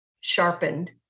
sharpened